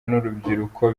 n’urubyiruko